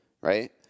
right